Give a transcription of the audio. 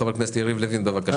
חבר הכנסת יריב לוין, בבקשה.